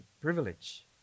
privilege